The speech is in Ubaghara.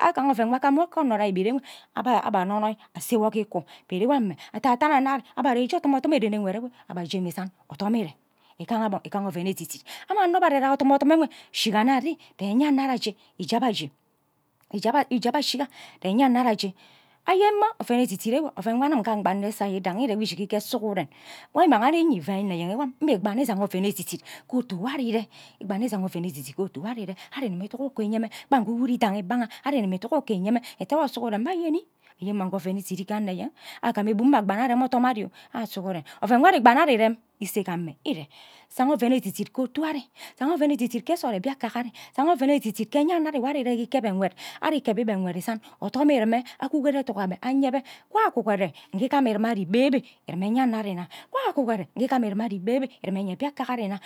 agaha oven nwo agham nwa ka onno jake igbed enwe aba aba anonoyi ase wo ke iku but ewem mme adadum anno mme ije ododu mme rene ne nkwed aba aje mme isan odom ire igaha gbon igaha oven editdit ame onno nwe are ga odumodum enwe shigai jen enyano ari aje ije aba je ije aba ashiga jeni enyano ari aje ayen mma oven edidit enwe oven nwo anim mmgba nne ishighe sughuren wo imang ari nyen wane enyen wo mme igbanne ishiga oven edit edit ke otu nwo ari ire igaha ashiga oven idit dit ke otu nwo ari ire ari igimi iduk uko igimi nyen gban nke ukoidehn ibangha ari iduk ukor inyen mme ata sughuren mme anyimi ayen mm nke oven idiri ghe anno enyen aka mme bum mme agba nne arem odo ari anywo sughuren oven ari igbane irem ere shinga oven edit dit ghe otu ari san oven edit dit ke nsod ere nyaka ari san oven edit ke enyano ari nwo ari ire ghe ikeb mbe nkwed ari keb be nkwed isan je obm irime akugoro adok abe anyebe wan akugoro ingi igamu irem mme ari bebe irem mme enyeno ari nna evan akugoro nke igam ire mme ari bebe ire mme eye mbiakpan ari nna